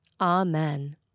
Amen